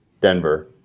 Denver